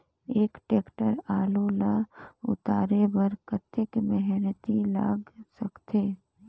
एक टेक्टर आलू ल उतारे बर कतेक मेहनती लाग सकथे?